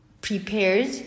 prepared